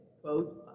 quote